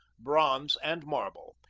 bronze, and marble,